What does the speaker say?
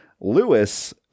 Lewis –